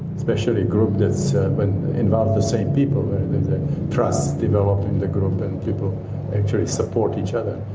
especially a group that's involve the same people, a trust develops in the group and people actually support each other.